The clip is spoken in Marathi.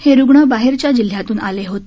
हे रुग्ण बाहेरच्या जिल्ह्यातून आलेले होते